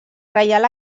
reial